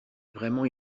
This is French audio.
vraiment